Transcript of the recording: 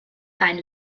sein